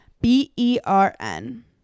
B-E-R-N